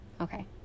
Okay